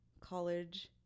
college